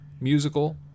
musical